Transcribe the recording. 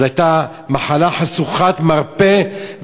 זו הייתה מחלה חשוכת מרפא,